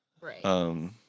right